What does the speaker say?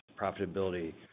profitability